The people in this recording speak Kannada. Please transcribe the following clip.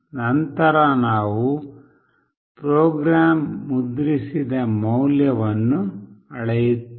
ನಂತರ ನಾವು ಪ್ರೋಗ್ರಾಂ ಮುದ್ರಿಸಿದ ಮೌಲ್ಯವನ್ನು ಅಳೆಯುತ್ತೇವೆ